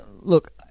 look